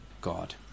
God